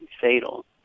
fatal